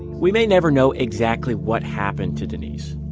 we may never know exactly what happened to denise.